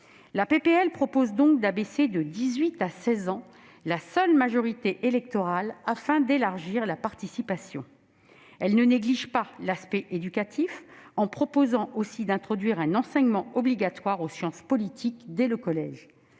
de loi vise donc à abaisser de 18 à 16 ans la majorité électorale seule, dans le but de favoriser la participation. Elle ne néglige pas l'aspect éducatif, en proposant aussi d'introduire un enseignement obligatoire aux sciences politiques dès le collège.